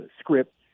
script